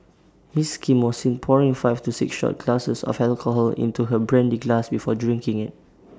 miss Kim was seen pouring five to six shot glasses of alcohol into her brandy glass before drinking IT